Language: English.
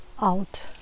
out